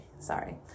Sorry